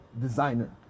designer